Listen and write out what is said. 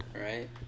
Right